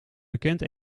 bekend